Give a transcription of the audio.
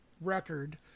record